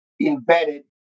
embedded